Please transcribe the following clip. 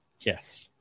Yes